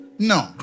No